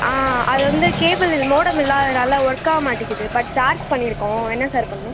அது வந்து கேபிள் இது மோடம் இல்லாததினால ஒர்க்காக மாட்டேங்குது பட் சார்ஜ் பண்ணியிருக்கோம் என்ன சார் பண்ணனும்